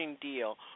deal